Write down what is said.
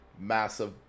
massive